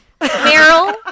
Meryl